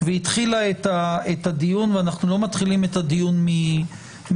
והתחילה את הדיון ואנחנו לא מתחילים את הדיון מאפס.